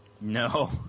No